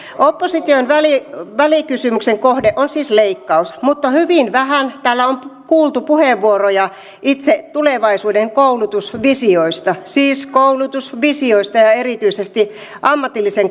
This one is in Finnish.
opposition välikysymyksen välikysymyksen kohde on siis leikkaus mutta hyvin vähän täällä on kuultu puheenvuoroja itse tulevaisuuden koulutusvisioista siis koulutusvisioista ja ja erityisesti ammatillisen